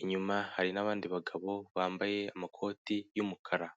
inyuma hari n'abandi bagabo bambaye amakoti y'umukara.